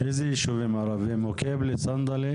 איזה ישובים ערבים, מוקיבלה, צנדלה ומה עוד?